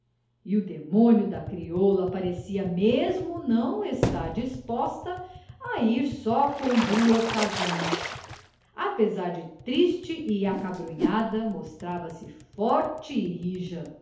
e o demônio da crioula parecia mesmo não estar disposta a ir só com duas razões apesar de triste e acabrunhada mostrava-se forte